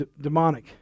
demonic